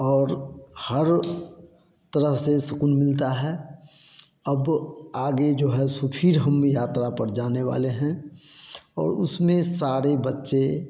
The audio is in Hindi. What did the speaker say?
और हर तरह से सुकून मिलता है अब आगे जो है सो फिर हम यात्रा पर जाने वाले हैं और उसमें सारे बच्चे